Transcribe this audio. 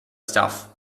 stuff